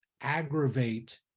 aggravate